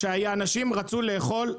כשאנשים רצו לאכול,